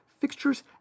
fixtures